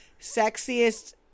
sexiest